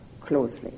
closely